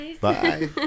bye